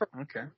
Okay